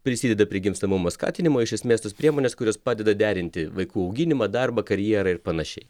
prisideda prie gimstamumo skatinimo iš esmės tos priemonės kurios padeda derinti vaikų auginimą darbą karjerą ir panašiai